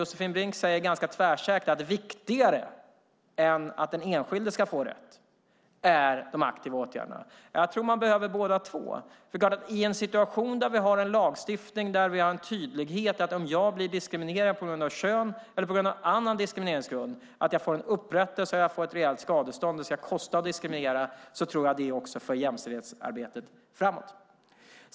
Josefin Brink säger ganska tvärsäkert att de aktiva åtgärderna är viktigare än att den enskilde ska få rätt. Jag tror att man behöver båda två. Vi har en lagstiftning med en tydlighet i att jag, om jag blir diskriminerad på grund av kön eller annan diskrimineringsgrund, får upprättelse och ett rejält skadestånd. Kostar det att diskriminera tror jag att det för jämställdhetsarbetet framåt.